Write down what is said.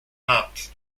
not